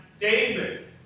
David